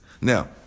Now